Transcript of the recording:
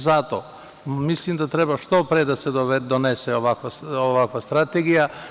Zato mislim da što pre treba da se donese ovakva strategija.